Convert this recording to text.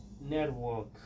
network